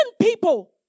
people